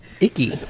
Icky